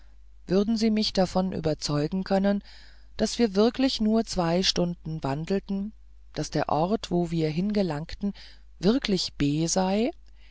würden sie mich davon überzeugen können daß wir wirklich nur zwei stunden wandelten daß der ort wo wir hingelangten wirklich b sei